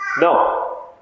No